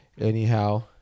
anyhow